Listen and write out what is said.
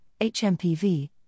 HMPV